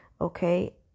okay